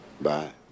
Bye